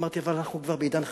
אמרתי: אבל אנחנו כבר בעידן חדש.